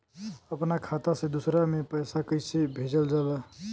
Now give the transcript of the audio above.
अपना खाता से दूसरा में पैसा कईसे भेजल जाला?